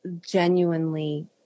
genuinely